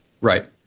right